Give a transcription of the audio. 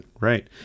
Right